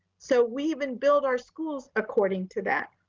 so we even build our schools according to that,